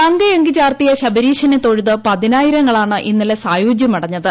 തങ്ക അങ്കി ചാർത്തിയ ശബരീശനെ തൊഴുത് പതിനായിരങ്ങളാണ് ഇന്നലെ സായൂജ്യമടഞ്ഞത്